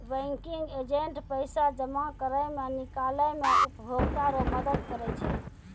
banking agent पैसा जमा करै मे, निकालै मे उपभोकता रो मदद करै छै